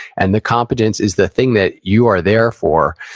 and the competence is the thing that you are there for.